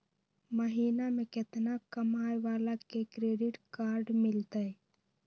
महीना में केतना कमाय वाला के क्रेडिट कार्ड मिलतै?